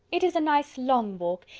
it is a nice long walk,